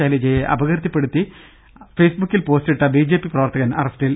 ശൈലജയെ അപകീർത്തിപ്പെടുത്തി ഫെയ്സ്ബുക്കിൽ പോസ്റ്റിട്ട ബിജെപി പ്രവർത്തകൻ അറസ്റ്റിൽ